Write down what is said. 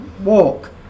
walk